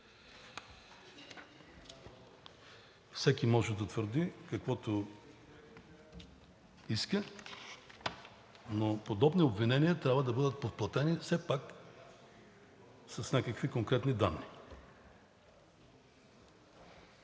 Всеки може да твърди каквото иска, но подобни обвинения трябва да бъдат подплатени все пак с някакви конкретни данни.